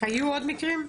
היו עוד מקרים?